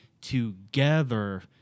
together